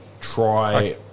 try